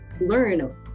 learn